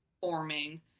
forming